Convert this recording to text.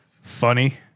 funny